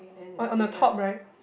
on on the top right